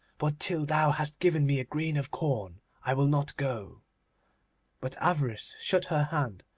but till thou hast given me a grain of corn i will not go but avarice shut her hand,